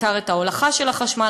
בעיקר את ההולכה של החשמל,